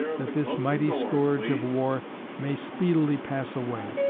that this mighty scourge of war may speedily pass away.